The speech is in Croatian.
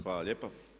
Hvala lijepa.